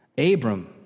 Abram